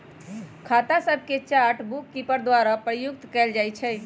खता सभके chart bookkeeper द्वारा प्रयुक्त कएल जाइ छइ